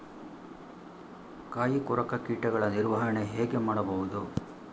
ಕಾಯಿ ಕೊರಕ ಕೀಟಗಳ ನಿರ್ವಹಣೆ ಹೇಗೆ ಮಾಡಬಹುದು?